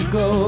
go